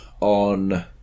on